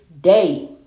day